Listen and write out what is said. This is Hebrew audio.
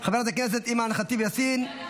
חברת הכנסת אימאן ח'טיב יאסין,